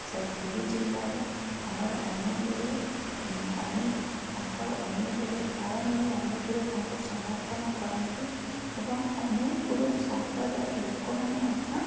ସେ ପୁରୀ ଜିଲ୍ଲାରେ ଆମର ଅନେକଗୁଡ଼ିଏ ଅନେକ ତାଙ୍କର ଅନେକଗୁଡ଼ିଏ କାରଣରୁ ଅନେକଗୁଡ଼ିଏ ତାଙ୍କୁ ସମର୍ଥନ କରନ୍ତି ଏବଂ ଅନେକଗୁଡ଼ିଏ ସମ୍ପ୍ରଦାୟର ଲୋକମାନେ ମଧ୍ୟ